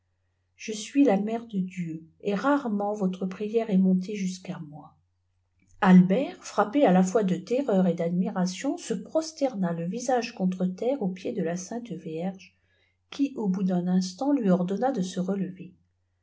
je suis la mère de dieu et rarement votre prière est montée jusqu'à moi albert frappé à la fois de terreur et d'admiration se prosr lerna le visage contre terre aux pieds de la sainte vierge qui aij bout d'un instant lui ordonna de se relever